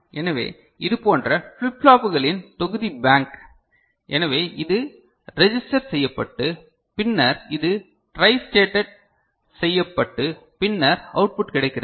எனவே இதுபோன்ற ஃபிளிப் ஃப்ளாப்புகளின் தொகுதி பேங்க் எனவே இது ரெஜிஸ்டர் செய்யப்பட்டு பின்னர் இது ட்ரைஸ்டேட்டட் செய்யப்பட்டு பின்னர் அவுட்புட் கிடைக்கிறது